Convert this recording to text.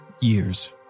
years